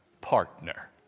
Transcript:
partner